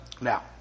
Now